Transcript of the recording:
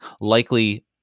likely